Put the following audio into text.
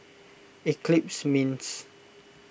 Eclipse Mints